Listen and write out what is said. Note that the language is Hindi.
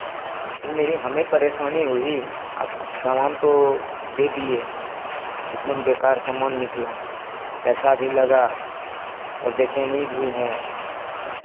तो फिर मेरी हमें परेशानी हुई आप सामान तो दे दिए एक दम बेकार सामान निकला मेरा पैसा भी लगा और बेचैनी भी हैं